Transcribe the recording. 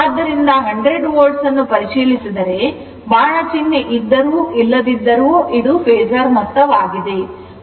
ಆದ್ದರಿಂದ 100 Volt ಅನ್ನು ಪರಿಶೀಲಿಸಿದರೆ ಬಾಣ ಚಿಹ್ನಇದ್ದರೂ ಇಲ್ಲದಿದ್ದರೂ ಇದು ಫೇಸರ್ ಮೊತ್ತವಾಗಿದೆ